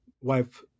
wife